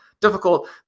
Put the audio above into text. difficult